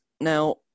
now